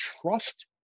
trust